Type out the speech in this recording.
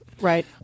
Right